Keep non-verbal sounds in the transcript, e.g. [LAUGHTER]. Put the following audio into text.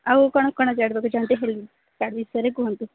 ଆଉ କ'ଣ କ'ଣ ଜାଣିବାକୁ ଚାହାନ୍ତି [UNINTELLIGIBLE] ତା ବିଷୟରେ କୁହନ୍ତୁ